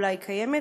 אולי היא קיימת,